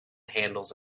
handles